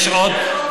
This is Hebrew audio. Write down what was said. יש עוד פסוקים.